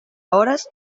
hores